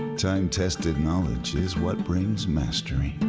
time-tested knowledge is what brings mastery